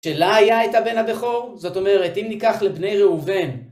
כשלה היה את הבן הבכור, זאת אומרת, אם ניקח לבני ראובן